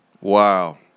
Wow